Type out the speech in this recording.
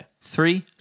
Three